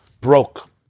broke